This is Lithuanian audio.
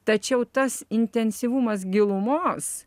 tačiau tas intensyvumas gilumos